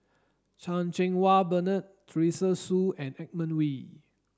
Chan Cheng Wah Bernard Teresa Hsu and Edmund Wee